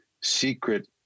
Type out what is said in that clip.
secret